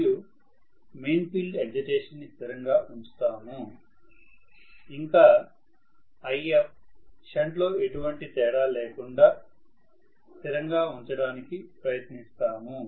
మరియు main field excitation ని స్థిరంగా ఉంచుతాము ఇంకా IF షంట్లో ఎటువంటి తేడా లేకుండా స్థిరంగా ఉంచడానికి ప్రయత్నిస్తాము